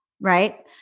right